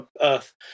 Earth